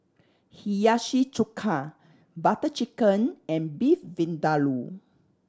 Hiyashi Chuka Butter Chicken and Beef Vindaloo